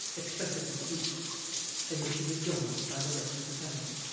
expressive of grief in which he was joined by the rest of the family.